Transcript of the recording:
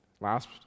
last